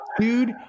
Dude